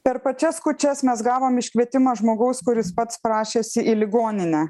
per pačias kūčias mes gavom iškvietimą žmogaus kuris pats prašėsi į ligoninę